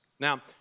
Now